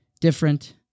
different